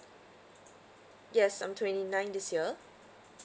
yes I'm twenty nine this year